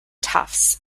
tufts